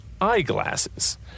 eyeglasses